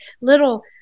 Little